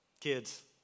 Kids